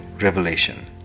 revelation